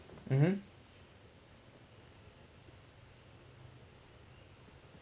mmhmm